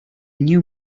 new